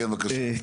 בבקשה.